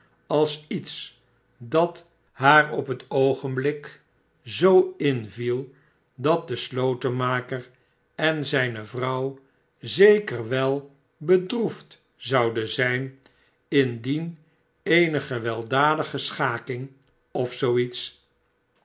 als iets dat haar op het oogenblik zoo inviel dat de slotenmaker en zijne vrouw zeker wel bedroefd zoutien zijn indien eene gewelddadige schaking of zoo iets